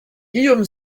guillaume